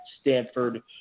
Stanford